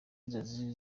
inzozi